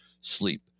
sleep